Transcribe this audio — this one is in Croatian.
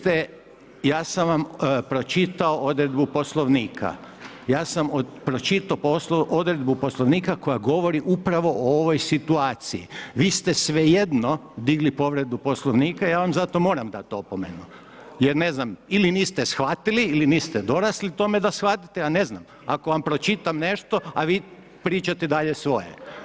Kolega Maras, vi ste, ja sam vam pročitao odredbu Poslovnika, ja sam pročitao odredbu Poslovnika koja govori upravo o ovoj situaciji, vi ste svejedno digli povredu Poslovnika, ja vam za to moram dati opomenu jer ne znam, ili niste shvatili ili niste dorasli tome da shvatite, ja ne znam, ako vam pročitam nešto a vi pričate dalje svoje.